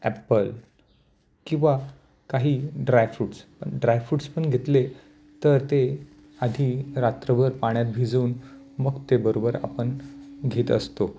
Apple किंवा काही dry fruits प ड्रायफ्रुट्स पण घेतले तर ते आधी रात्रभर पाण्यात भिजवून मग ते बरोबर आपण घेत असतो